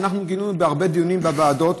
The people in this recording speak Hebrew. שאנחנו גילינו בהרבה דיונים בוועדות,